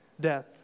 death